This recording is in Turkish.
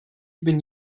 bin